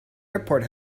airport